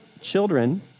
children